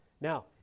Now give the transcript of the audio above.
Now